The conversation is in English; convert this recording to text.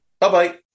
Bye-bye